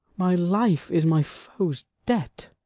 my life is my foe's debt.